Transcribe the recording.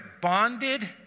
bonded